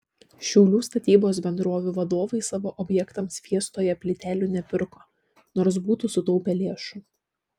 šiaulių statybos bendrovių vadovai savo objektams fiestoje plytelių nepirko nors būtų sutaupę lėšų